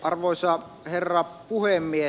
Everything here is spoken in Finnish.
arvoisa herra puhemies